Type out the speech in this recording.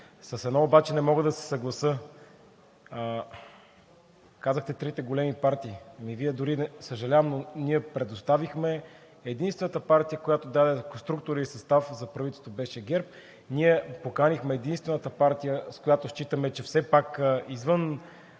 С едно обаче не мога да се съглася. Казахте: трите големи партии. Съжалявам, но ние бяхме единствената партия, която даде структура и състав за правителството. Ние поканихме единствената партия, с която считаме, че все пак в